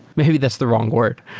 maybe that's the wrong word.